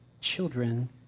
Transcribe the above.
children